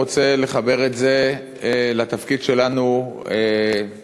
רוצה לחבר את זה לתפקיד שלנו כמשפיעים,